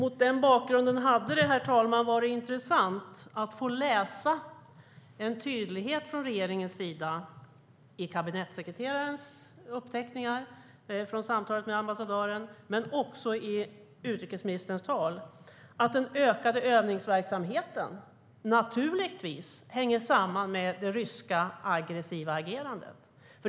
Därför hade det varit intressant att både i kabinettssekreterarens uppteckningar från samtalet med ambassadören och i utrikesministerns tal få utläsa en tydlighet från regeringens sida om att den utökade övningsverksamheten naturligtvis hänger samman med det aggressiva ryska agerandet, herr talman.